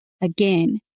Again